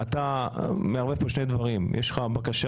אתה מערב פה שני דברים: יש לך בקשה